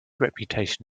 reputation